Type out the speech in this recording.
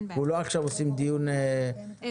אנחנו לא עכשיו עושים דיון מהותי.